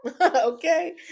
Okay